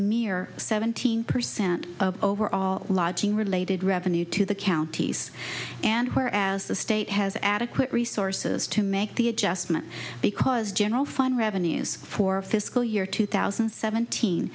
mere seventeen percent of overall lodging related revenue to the counties and where as the state has adequate resources to make the adjustment because general fund revenues for fiscal year two thousand seventeen